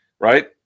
right